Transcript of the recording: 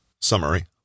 Summary